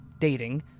dating